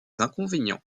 inconvénients